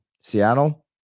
Seattle